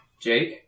Jake